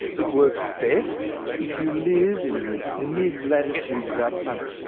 it works best if you live in the mid-latitudes of our planet,